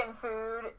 food